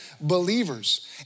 believers